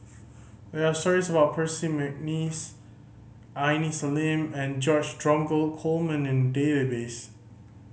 there are stories about Percy McNeice Aini Salim and George Dromgold Coleman in database